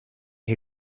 que